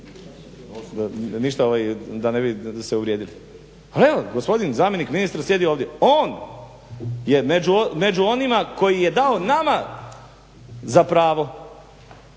ništa da se ne uvrijedite. Ali, evo gospodin zamjenik ministra sjedi ovdje. On je među onima koji je dao nama za pravo